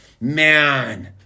man